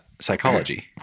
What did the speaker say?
psychology